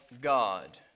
God